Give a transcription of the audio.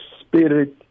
spirit